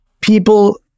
people